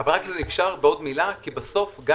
אבל רק אם אפשר עוד מילה כי בסוף,